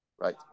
right